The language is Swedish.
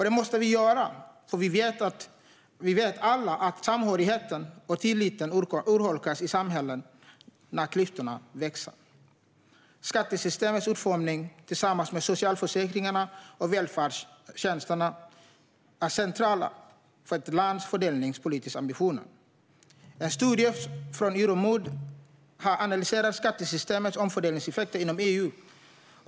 Det måste vi göra, för vi vet alla att samhörigheten och tilliten urholkas i samhällen där klyftorna växer. Skattesystemets utformning är, tillsammans med socialförsäkringarna och välfärdstjänsterna, central för ett lands fördelningspolitiska ambitioner. En studie från Euromod har analyserat skattesystemens omfördelningseffekter inom EU.